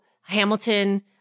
Hamilton